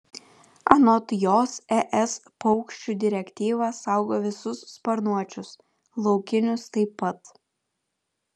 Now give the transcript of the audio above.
anot jos es paukščių direktyva saugo visus sparnuočius laukinius taip pat